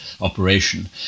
operation